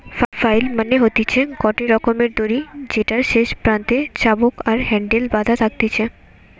flail মানে হতিছে গটে রকমের দড়ি যেটার শেষ প্রান্তে চাবুক আর হ্যান্ডেল বাধা থাকতিছে